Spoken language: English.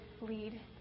lead